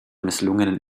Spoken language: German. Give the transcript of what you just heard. misslungenen